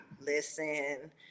Listen